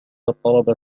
الطلبة